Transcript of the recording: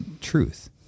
truth